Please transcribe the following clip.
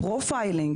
הפרופיילינג,